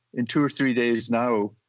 in two or three days now,